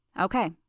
Okay